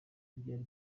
ntibyari